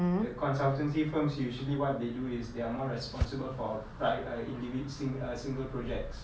the consultancy firms usually what they do is they are more responsible for pri~ err indivi~ sing~ err single projects